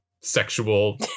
sexual